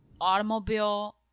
automobile